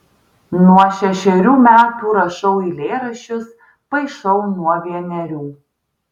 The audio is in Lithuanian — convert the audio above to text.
nuo šešerių metų rašau eilėraščius paišau nuo vienerių